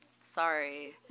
Sorry